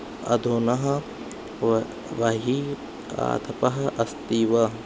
अधुना वा बहिः आतपः अस्ति वा